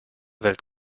welt